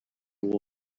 will